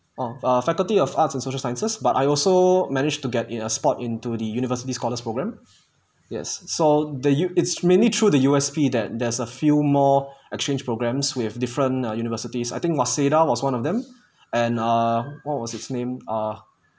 oh a faculty of arts and social sciences but I also managed to get in a spot into the university scholars programme yes so the U it's mainly through the U_S_P that there's a few more exchange programmes with different uh universities I think waseda was one of them and err what was his name uh